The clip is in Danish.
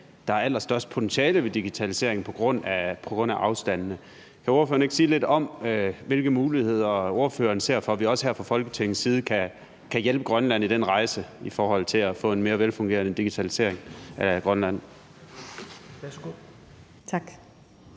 der er allerstørst potentiale ved digitalisering på grund af afstandene. Kan ordføreren ikke sige lidt om, hvilke muligheder ordføreren ser for, at vi også her fra Folketingets side kan hjælpe Grønland i den rejse i forhold til at få en mere velfungerende digitalisering af Grønland?